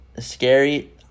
scary